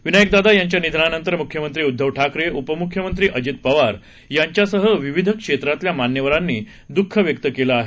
विनायकदादा यांच्या निधनानंतर मुख्यमंत्री उद्घव ठाकरे उपमुख्यमंत्री अजित पवार यांच्यासह विविध क्षेत्रातल्या मान्यवरांनी दुःख व्यक्त केलं आहे